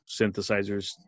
synthesizers